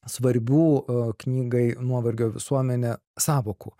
svarbių a knygai nuovargio visuomenė sąvokų